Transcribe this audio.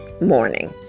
morning